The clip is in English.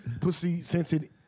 pussy-scented